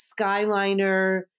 skyliner